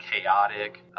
chaotic